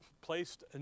placed